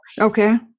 okay